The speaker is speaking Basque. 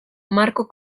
marko